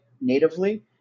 natively